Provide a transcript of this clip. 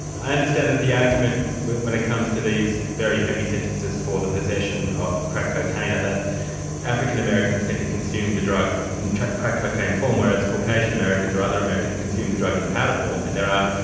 i understand that the argument when when it comes to these very heavy sentences for the possession of crack cocaine are that african-americans tend to consume the drug in crack-cocaine form whereas caucasian americans or other americans consume the drug in powder form, and there were,